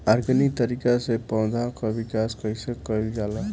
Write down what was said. Organic तरीका से पौधा क विकास कइसे कईल जाला?